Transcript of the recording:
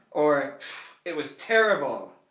or it was terrible